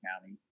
County